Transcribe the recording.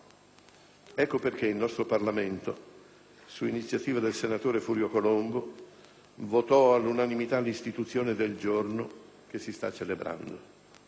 Ecco perché il nostro Parlamento, su iniziativa del senatore Furio Colombo, votò all'unanimità l'istituzione del Giorno che si sta celebrando.